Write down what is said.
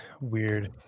weird